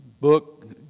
book